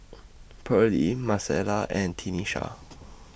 Pearley Marcella and Tenisha